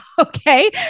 okay